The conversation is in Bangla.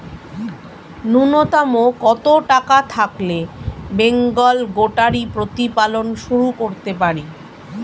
নূন্যতম কত টাকা থাকলে বেঙ্গল গোটারি প্রতিপালন শুরু করতে পারি?